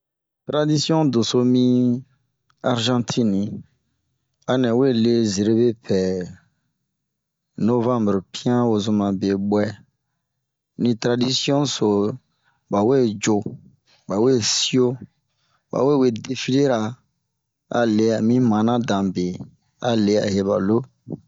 Taradisiɔn deso miin Arzantini, anɛ we lee zeremɛ pɛɛ, novambere pian wozomɛ be buɛ. Din taradisiɔn so, ba we yoo, bawe sioo, bawe we defile ra,a le'a min mana dan be, a le'a he ba loo.